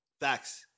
Facts